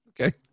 okay